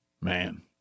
Man